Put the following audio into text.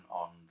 on